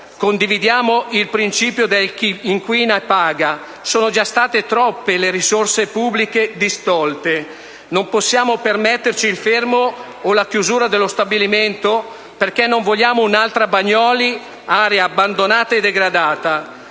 Condividiamo il principio secondo cui «chi inquina paga», e sono già state troppe le risorse pubbliche distolte. Non possiamo permetterci il fermo o la chiusura dello stabilimento, perché non vogliamo un'altra Bagnoli, un'area abbandonata e degradata,